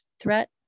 threat